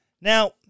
Now